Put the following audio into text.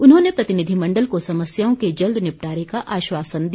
उन्होंने प्रतिनिधिमण्डल को समस्याओं के जल्द निपटारे का आश्वासन दिया